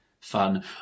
Fun